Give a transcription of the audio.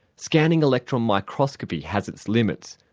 scanning electron microscopy has its limits,